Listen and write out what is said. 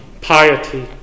piety